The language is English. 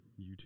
YouTube